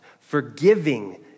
forgiving